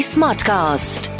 Smartcast